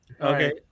Okay